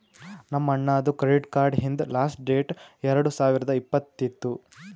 ನಮ್ ಅಣ್ಣಾದು credit card ಹಿಂದ್ ಲಾಸ್ಟ್ ಡೇಟ್ ಎರಡು ಸಾವಿರದ್ ಇಪ್ಪತ್ತ್ ಇತ್ತು